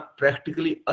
practically